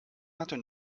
vingt